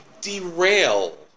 derail